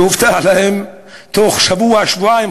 שהובטח להם שתוך שבוע-שבועיים,